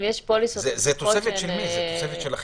זה תוספת שלכם?